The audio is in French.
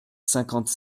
cinquante